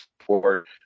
support